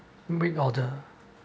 make order